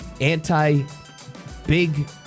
anti-big